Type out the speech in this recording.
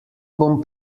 bom